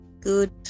good